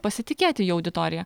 pasitikėti jų auditorija